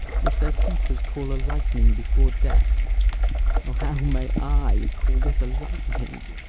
which their keepers call a lightning before death o, how may i call this a lightning